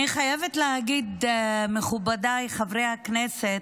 אני חייבת להגיד, מכובדיי חברי הכנסת,